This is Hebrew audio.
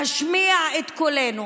להשמיע את קולנו.